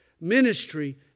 Ministry